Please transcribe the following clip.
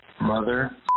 mother